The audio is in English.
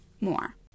more